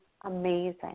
amazing